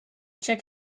check